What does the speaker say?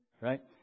right